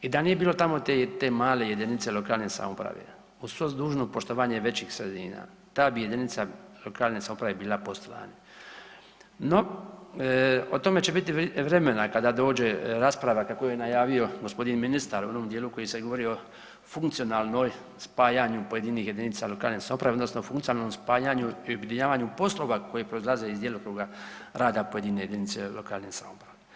I da nije bilo tamo te male jedinice lokalne samouprave uz svo dužno poštovanje većih sredina, ta bi jedinica lokalne samouprave bila … No o tome će biti vremena kada dođe rasprava kako je najavio gospodin ministar u onom dijelu u kojem se govorilo o funkcionalnom spajanju pojedinih jedinice lokalne samouprave odnosno o funkcionalnom spajanju i objedinjavanju poslova koji proizlaze iz djelokruga rada pojedine jedinice lokalne samouprave.